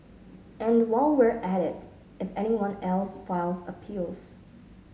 and while we're at it if anyone else files appeals